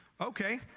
Okay